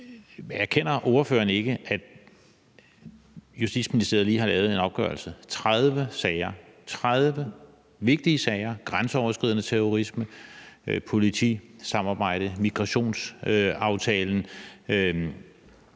Erkender ordføreren ikke, at Justitsministeriet lige har lavet en afgørelse om 30 sager – 30 vigtige sager om grænseoverskridende terrorisme, politisamarbejde og migrationsaftalen